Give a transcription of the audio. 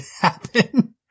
happen